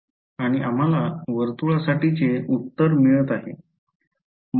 आणि आम्हाला वर्तुळासाठीचे उत्तर माहित आहे